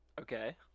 Okay